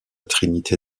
trinité